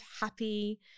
happy